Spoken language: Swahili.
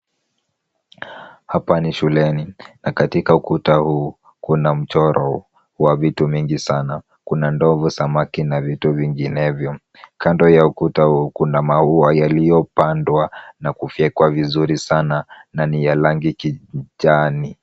Hapa ni shuleni na katika ukuta huu kuna mchoro wa vitu vingi sana. Kuna ndovu, samaki na vitu vinginevyo. Kando ya ukuta huu kuna maua yaliyopandwa na kufyekwa vizuri sana na ni ya rangi kijani.